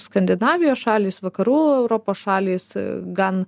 skandinavijos šalys vakarų europos šalys gan